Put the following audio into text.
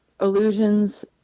Illusions